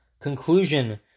conclusion